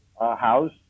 House